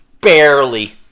Barely